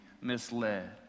misled